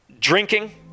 drinking